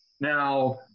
Now